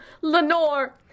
Lenore